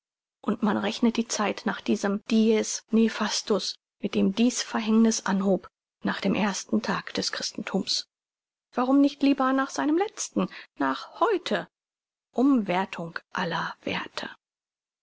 und man rechnet die zeit nach dem dies nefastus mit dem dies verhängniß anhob nach dem ersten tag des christenthums warum nicht lieber nach seinem letzten nach heute umwerthung aller werthe